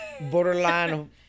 borderline